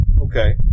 okay